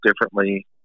differently